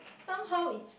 somehow it's